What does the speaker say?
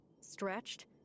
stretched